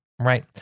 right